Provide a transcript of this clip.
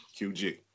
qg